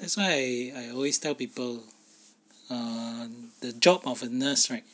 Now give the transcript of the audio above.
that's why I I always tell people err the job of a nurse right